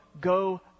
go